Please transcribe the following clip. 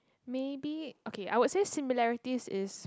maybe okay I would say similarities is